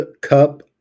Cup